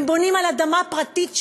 הם בונים על אדמה פרטית שלהם,